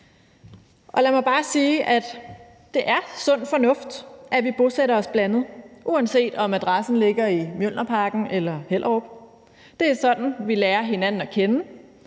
Lad mig bare sige, at det er sund fornuft, at vi bosætter os blandet, uanset om adressen ligger i Mjølnerparken eller i Hellerup. Det er sådan, vi lærer hinanden at kende,